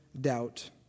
doubt